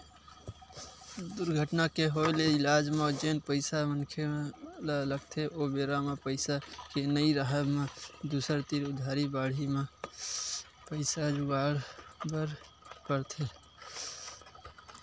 दुरघटना के होय ले इलाज म जेन पइसा मनखे ल लगथे ओ बेरा म पइसा के नइ राहब म दूसर तीर उधारी बाड़ही म पइसा जुगाड़े बर परथे